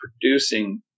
producing